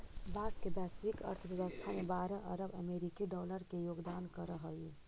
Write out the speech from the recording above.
बाँस वैश्विक अर्थव्यवस्था में बारह अरब अमेरिकी डॉलर के योगदान करऽ हइ